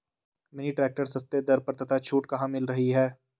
Mini tractor सस्ते दर पर तथा छूट कहाँ मिल रही है?